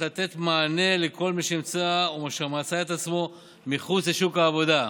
לתת מענה לכל מי שמצא את עצמו מחוץ לשוק העבודה.